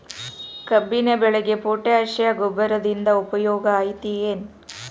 ಕಬ್ಬಿನ ಬೆಳೆಗೆ ಪೋಟ್ಯಾಶ ಗೊಬ್ಬರದಿಂದ ಉಪಯೋಗ ಐತಿ ಏನ್?